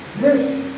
Yes